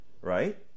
right